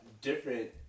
different